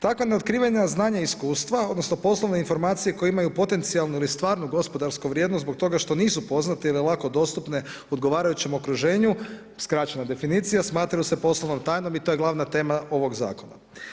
Takva neotkrivena znanja i iskustva odnosno poslovne informacije koje imaju potencijalnu ili stvarnu gospodarsku vrijednost zbog toga što nisu poznate ili lako dostupne odgovarajućem okruženju, skraćena definicija, smatraju se poslovnom tajnom i to je glavna tema ovog zakona.